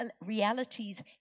realities